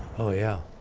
oh yeah